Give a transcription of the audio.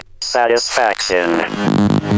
satisfaction